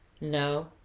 No